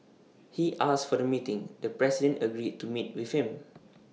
he asked for the meeting the president agreed to meet with him